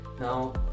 Now